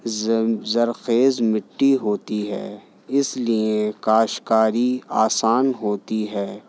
زر زرخیز مٹی ہوتی ہے اس لیے کاشتکاری آسان ہوتی ہے